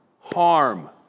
harm